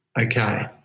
okay